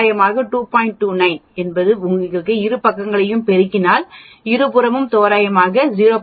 28 க்கு வரும் இரு பக்கங்களையும் பெருக்கினால் இருபுறமும் தோராயமாக 0